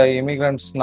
immigrants